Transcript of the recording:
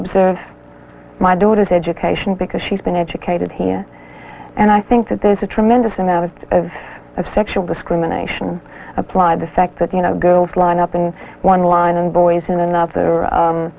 observe my daughter's education because she's been educated here and i think that there's a tremendous amount of of of sexual discrimination applied the fact that you know girls line up in one line and boys in another